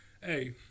Hey